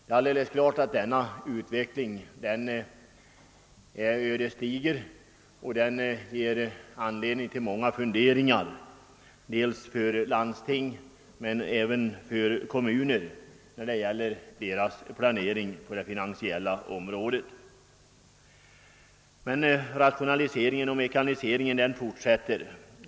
Det är klart att denna utveckling är ödesdiger och ger anledning till många funderingar för landstinget men även för kommunerna när det gäller deras planering på det finansiella området. Men rationaliseringen och mekaniseringen fortsätter.